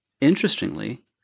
Interestingly